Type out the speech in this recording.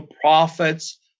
prophets